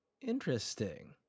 interesting